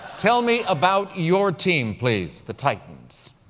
tell me about your team, please, the titans.